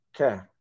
Okay